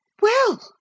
Well